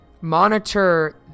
monitor